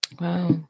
wow